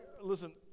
listen